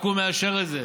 רק הוא מאשר את זה.